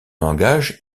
langage